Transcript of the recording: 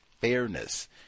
fairness